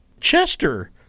Chester